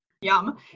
Yum